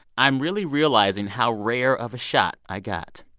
i'm really realizing how rare of a shot i got.